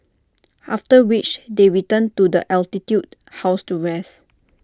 after which they return to the altitude house to rest